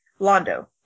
Londo